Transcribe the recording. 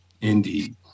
indeed